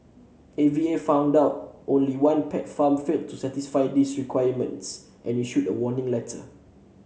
A V A found that only one pet farm failed to satisfy these requirements and issued a warning letter